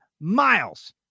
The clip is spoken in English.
miles